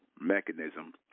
mechanism